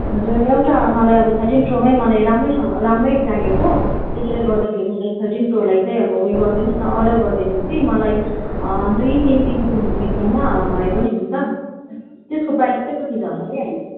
हजुर एउटा मलाई अब थर्टिन प्रोमै मलाई राम्रैसँग राम्रै चाहिएको त्यसैले गर्दाखेरि थर्टिन प्रोलाई चाहिँ अब उयो गरिदिनु होस् न अर्डर गरिदिनु होस् कि मलाई दुई तिन दिनभित्रमा भए पनि हुन्छ त्यसको प्राइस चाहिँ कति छ होला नि अहिले